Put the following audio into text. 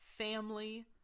family